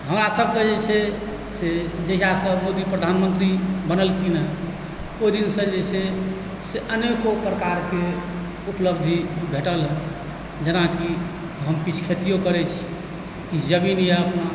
हमरा सब कऽ जे छै से जहियासँ मोदी प्रधानमन्त्री बनलखिन हँ ओहि दिनसँ जे छै से अनेको प्रकारके उपलब्धि भेटल हँ जेनाकि हम किछु खेतियो करैत छी किछु जमीन यऽ अपना